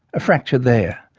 a fracture there.